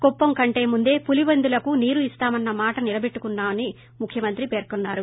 కుప్పం కంట్ ముందే పులీపెందులకు నీరు ఇస్తామన్న మాట నిలబెట్టుకున్నా నని ముఖ్యమంత్రి పేర్కొన్నారు